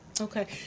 Okay